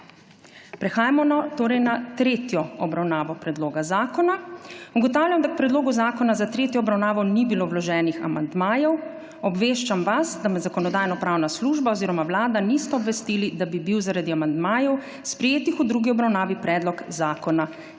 Prehajamo torej na tretjo obravnavo predloga zakona. Ugotavljam, da k predlogu zakona za tretjo obravnavo ni bilo vloženih amandmajev. Obveščam vas, da me Zakonodajno-pravna služba oziroma Vlada nista obvestili, da bi bil zaradi amandmajev, sprejetih v drugi obravnavi, predlogzakona